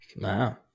Wow